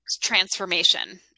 transformation